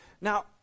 Now